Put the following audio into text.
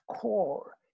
core